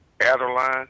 Adeline